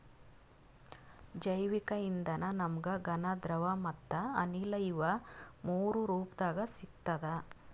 ಜೈವಿಕ್ ಇಂಧನ ನಮ್ಗ್ ಘನ ದ್ರವ ಮತ್ತ್ ಅನಿಲ ಇವ್ ಮೂರೂ ರೂಪದಾಗ್ ಸಿಗ್ತದ್